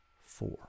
four